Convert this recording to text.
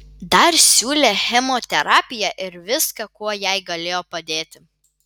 dar siūlė chemoterapiją ir viską kuo jai galėjo padėti